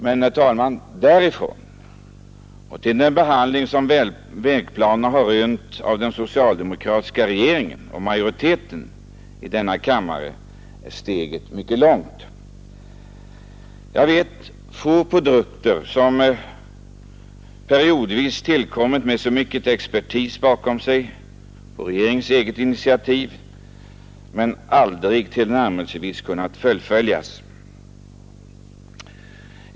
Men, herr talman, därifrån och till den behandling som vägplanen har rönt av den socialdemokratiska regeringen och majoriteten i denna kammare är steget mycket långt. Jag vet få produkter som periodvis tillkommit med så mycken expertis bakom sig — på regeringens eget initiativ — men som aldrig tillnärmelsevis kunnat fullföljas.